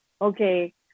Okay